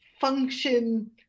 function